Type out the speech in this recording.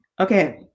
Okay